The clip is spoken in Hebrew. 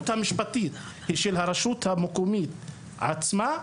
המשפטית היא של הרשות המקומית עצמה,